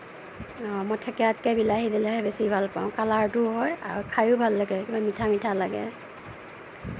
অঁ মই থেকেৰাতকে বিলাহী দিলেহে বেছি ভাল পাওঁ কালাৰটোও হয় আৰু খাইও ভাল লাগে কিবা মিঠা মিঠা লাগে